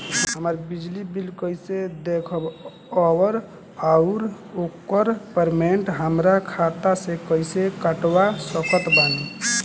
हमार बिजली बिल कईसे देखेमऔर आउर ओकर पेमेंट हमरा खाता से कईसे कटवा सकत बानी?